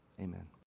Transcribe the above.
Amen